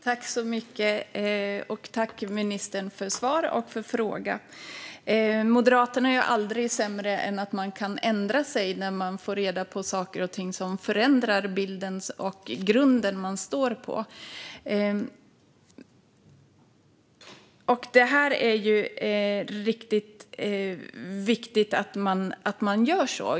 Fru talman! Tack, ministern, för svar och för fråga! Vi moderater är aldrig sämre än att vi kan ändra oss när vi får reda på saker och ting som förändrar bilden och den grund man står på. Här är det viktigt att man gör det.